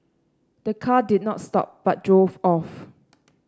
the car did not stop but drove off